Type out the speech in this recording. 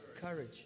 Courage